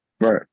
Right